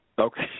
Okay